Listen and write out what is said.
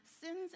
sins